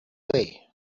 way